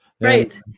Right